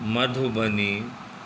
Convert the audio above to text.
Madhubani